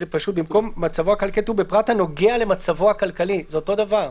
במקום: מצבו הכלכלי כתוב: "בפרט הנוגע למצבו הכלכלי" - זה אותו דבר.